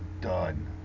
done